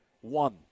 One